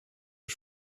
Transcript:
les